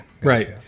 right